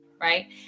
Right